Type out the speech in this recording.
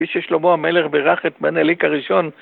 איש ששלמה המלך בירך את בן אליק הראשון